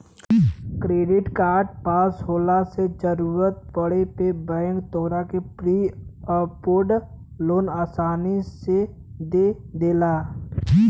credit card पास होये से जरूरत पड़े पे बैंक तोहके प्री अप्रूव्ड लोन आसानी से दे देला